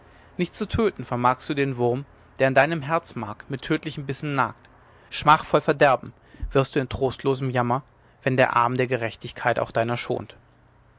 nicht zu töten vermagst du den wurm der an deinem herzmark mit tödlichen bissen nagt schmachvoll verderben wirst du in trostlosem jammer wenn der arm der gerechtigkeit auch deiner schont